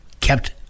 kept